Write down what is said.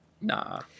Nah